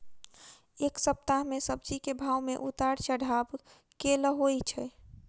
एक सप्ताह मे सब्जी केँ भाव मे उतार चढ़ाब केल होइ छै?